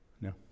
No